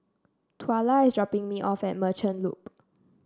Twyla is dropping me off at Merchant Loop